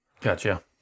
Gotcha